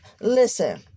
Listen